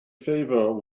favored